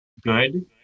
good